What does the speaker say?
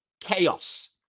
chaos